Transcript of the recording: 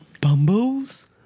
Bumbles